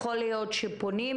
יכול להיות שפונים,